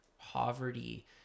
poverty